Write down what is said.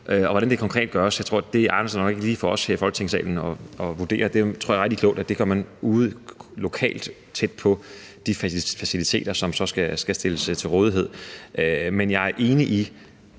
Hvordan det konkret gøres, egner sig nok ikke lige for os her i Folketingssalen at vurdere, for det tror jeg er klogt man gør ude lokalt tæt på de faciliteter, som så skal stilles til rådighed. Men jeg er enig i